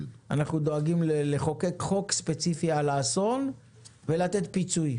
אנחנו דואגים לחוקק חוק ספציפי על האסון ולתת פיצוי,